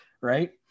right